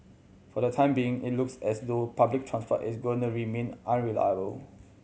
for the time being it looks as though public transport is going to remain unreliable